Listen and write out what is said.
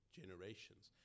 generations